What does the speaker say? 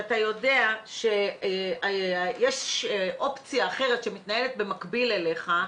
ואתה יודע שיש אופציה אחרת שמתנהלת במקביל אליך,